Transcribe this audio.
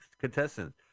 contestants